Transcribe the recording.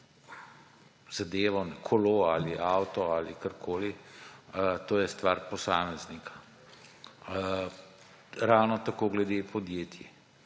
zadevo, kolo ali avto ali karkoli, to je stvar posameznika. Ravno tako glede podjetij.